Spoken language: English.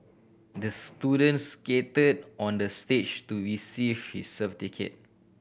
the student skated on the stage to receive his certificate